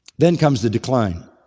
then comes the decline